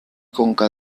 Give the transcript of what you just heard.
conca